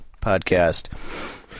podcast